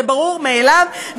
זה ברור מאליו.